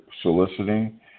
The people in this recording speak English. soliciting